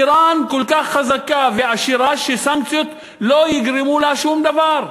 איראן כל כך חזקה ועשירה שסנקציות לא יגרמו לה שום דבר,